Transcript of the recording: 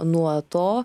nuo to